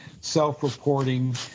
self-reporting